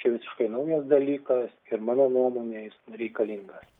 čia visiškai naujas dalykas ir mano nuomone jis reikalingas